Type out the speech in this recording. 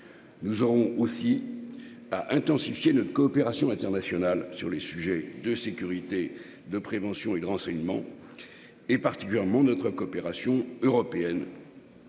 nous aurons aussi à intensifier notre coopération internationale sur les sujets de sécurité, de prévention et de renseignements et particulièrement notre coopération européenne